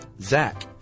Zach